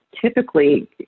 typically